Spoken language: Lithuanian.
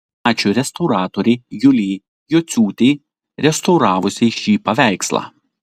ačiū restauratorei julijai jociūtei restauravusiai šį paveikslą